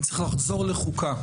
אני צריך לחזור לחוקה.